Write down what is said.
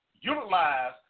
Utilize